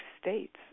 states